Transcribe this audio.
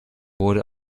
wurde